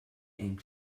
and